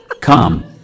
Come